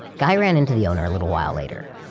guy ran into the owner a little while later,